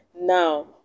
Now